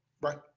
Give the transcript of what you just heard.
Right